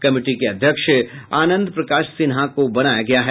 committee के अध्यक्ष आनंद प्रकाश सिन्हा बनाये गये हैं